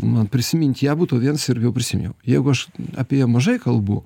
man prisimint ją būtų viens ir jau prisiminiau jeigu aš apie ją mažai kalbu